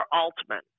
Altman